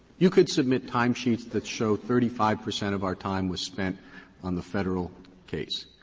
you could submit time sheets that show thirty five percent of our time was spent on the federal case,